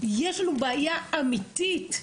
יש לנו בעיה אמיתית,